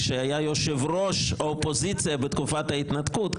עת כמי שהיה יושב ראש האופוזיציה בתקופת ההתנתקות.